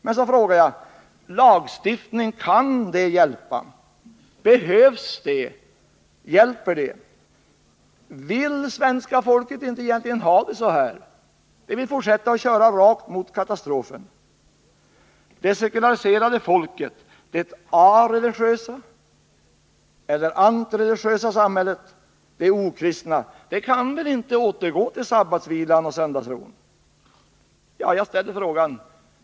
Men så frågar jag: Lagstiftning — kan det hjälpa? Behövs det? Vill svenska folket inte egentligen ha det så här? Man vill fortsätta och köra rakt mot katastrofen. Det sekulariserade folket, det areligiösa eller antireligiösa samhället, det okristna, kan väl inte återgå till sabbatsvilan och söndagsron? Ja, jag ställer frågan.